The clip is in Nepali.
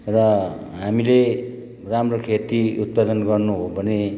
र हामीले राम्रो खेती उत्पादन गर्नु हो भने